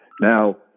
Now